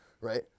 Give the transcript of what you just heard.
right